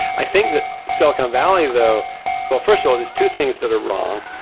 i think that silicon valley though well first of all, there's two things that are wrong,